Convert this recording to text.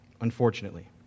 unfortunately